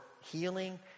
healing